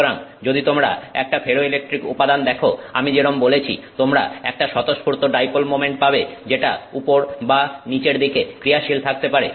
সুতরাং যদি তোমরা একটা ফেরোইলেকট্রিক উপাদান দেখো আমি যেরকম বলেছি তোমরা একটা সতস্ফুর্ত ডাইপোল মোমেন্ট পাবে যেটা উপর বা নিচের দিকে ক্রিয়াশীল থাকতে পারে